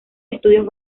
estudios